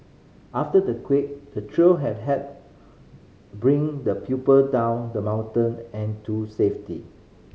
after the quake the trio had helped bring the pupil down the mountain and to safety